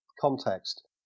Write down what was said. context